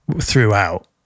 throughout